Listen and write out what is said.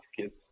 kids